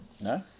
No